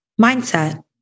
mindset